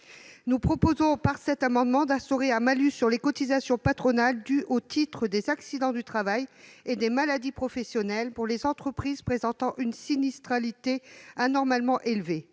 Nous proposons, par cet amendement, d'instaurer un malus sur les cotisations patronales dues au titre des accidents du travail et des maladies professionnelles pour les entreprises présentant une sinistralité anormalement élevée.